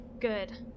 Good